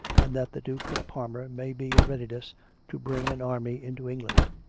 and that the duke of parma may be in readiness to bring an army into england.